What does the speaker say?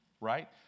Right